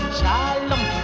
shalom